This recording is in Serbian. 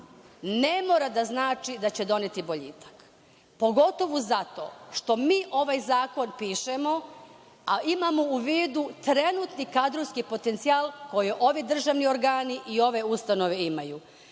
ne mora da znači da će doneti boljitak. Pogotovo zato što mi ovaj zakon pišemo, a imamo u vidu trenutni kadrovski potencijal, koji ovi državni organi i ove ustanove imaju.